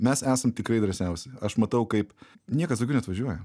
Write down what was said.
mes esam tikrai drąsiausi aš matau kaip niekas daugiau neatvažiuoja